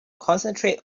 concentrate